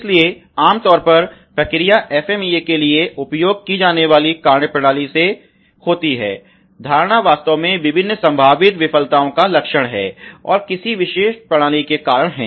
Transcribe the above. इसलिए आम तौर पर प्रक्रिया FMEA के लिए उपयोग की जाने वाली कार्यप्रणाली से होती है धारणा वास्तव में विभिन्न संभावित विफलताओं का लक्षण है और किसी विशेष प्रणाली के कारण हैं